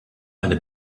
eine